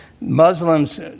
Muslims